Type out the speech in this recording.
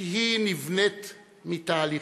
שהיא נבנית מתהליכים,